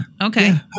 Okay